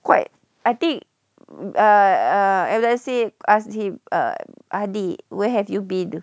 quite I think err err M nasir asked him err hady where have you been